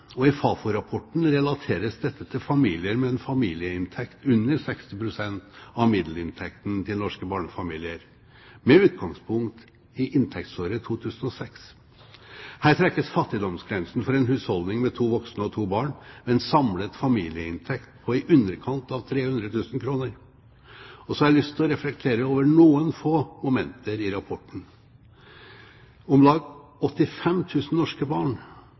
I Fafo-rapporten relateres dette til familier med en familieinntekt under 60 pst. av middelinntekten til norske barnefamilier, med utgangspunkt i inntektsåret 2006. Her trekkes fattigdomsgrensen for en husholdning med to voksne og to barn ved en samlet familieinntekt på i underkant av 300 000 kr. Jeg har lyst til å reflektere over noen få momenter i rapporten: Om lag 85 000 norske barn